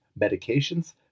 medications